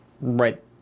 right